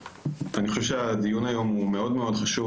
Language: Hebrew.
אני חושב שהדיון היום הוא מאוד מאוד חשוב